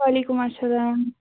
وعلیکُم اسلام